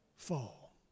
Fall